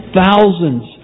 thousands